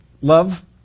love